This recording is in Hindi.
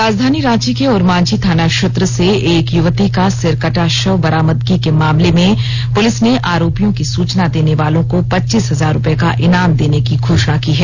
राजधानी रांची के ओरमांझी थाना क्षेत्र से एक यूवती का सिरकटा शव बरामदगी के मामले में पुलिस ने आरोपियों की सूचना देने वालों को पच्चीस हजार रूपये का इनाम देने की घोषणा की है